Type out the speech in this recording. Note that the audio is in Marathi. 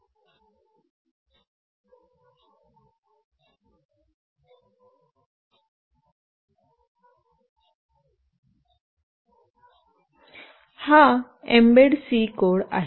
हा एमबेड सी कोड आहे